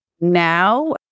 now